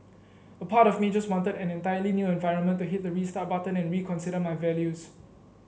a part of me just wanted an entirely new environment to hit the restart button and reconsider my values